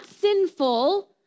sinful